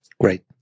Great